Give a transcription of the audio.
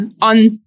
On